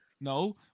No